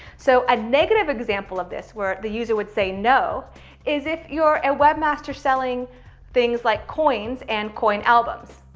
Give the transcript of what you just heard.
so a negative example of this, where the user would say no is if you're a webmaster selling things like coins and coin albums.